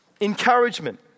Encouragement